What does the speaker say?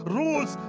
rules